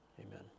amen